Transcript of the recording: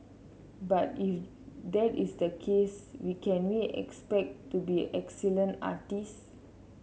but if that is the case we can we expect to be excellent artists